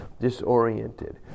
disoriented